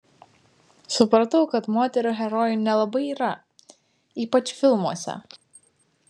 supratau kad moterų herojų nelabai yra ypač filmuose